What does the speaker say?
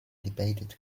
debated